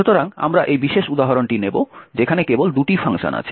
সুতরাং আমরা এই বিশেষ উদাহরণটি নেব যেখানে কেবল দুটি ফাংশন আছে